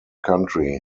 country